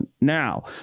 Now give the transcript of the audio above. Now